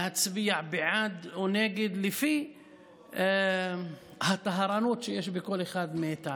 להצביע בעד או נגד לפי הטהרנות שיש בכל אחד מאיתנו.